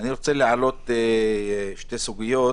אני רוצה להעלות שתי סוגיות.